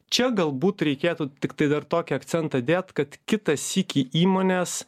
čia galbūt reikėtų tiktai dar tokį akcentą dėt kad kitą sykį įmonės